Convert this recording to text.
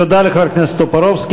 תודה לחבר הכנסת טופורובסקי.